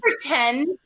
pretend